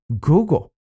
Google